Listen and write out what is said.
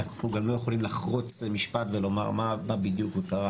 אנחנו גם לא יכולים לחרוץ משפט ולומר מה בדיוק מה קרה